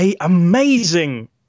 amazing